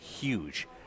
huge